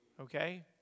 Okay